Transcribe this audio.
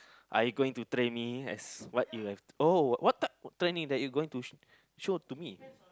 are you going to train me as what you have oh what type of training that you going to show show to me